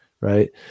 Right